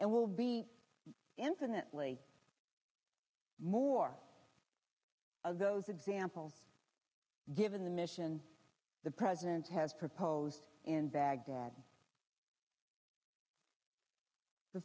and will be infinitely more of those example given the mission the president has proposed in baghdad the